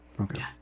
Okay